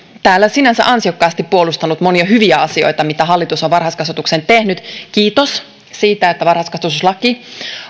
täällä sinänsä ansiokkaasti puolustanut monia hyviä asioita mitä hallitus on varhaiskasvatukseen tehnyt kiitos siitä että varhaiskasvatuslaki